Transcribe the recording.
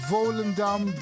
Volendam